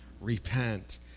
repent